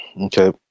Okay